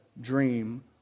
dream